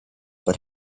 but